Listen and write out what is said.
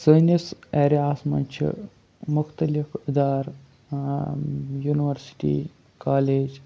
سٲنِس ایریا ہَس منٛز چھِ مختلف اِدارٕ یوٗنیوَرسِٹی کالج